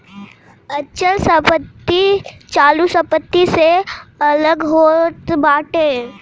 अचल संपत्ति चालू संपत्ति से अलग होत बाटे